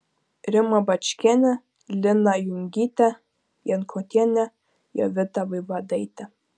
rima bačkienė lina lungytė jankoitienė jovita vaivadaitė